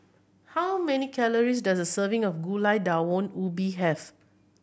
how many calories does a serving of Gulai Daun Ubi have